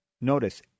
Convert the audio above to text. Notice